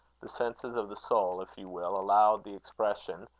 the senses of the soul, if you will allow the expression,